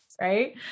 Right